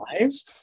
lives